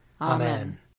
Amen